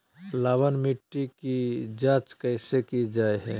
लवन मिट्टी की जच कैसे की जय है?